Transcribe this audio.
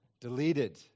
deleted